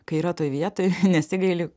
kai yra toj vietoj nesigaili